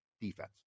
defense